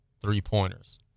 three-pointers